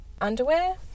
underwear